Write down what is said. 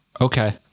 Okay